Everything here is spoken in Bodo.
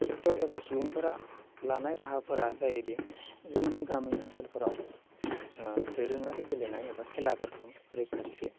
सेक्टर एबा सुबुंफोरा लानाय राहाफोरा जायोदि जोंनि गामि ओनसोलफोराव दोरोङारि गेलेनाय एबा खेलाफोरखौ रैखाथि